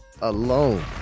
Alone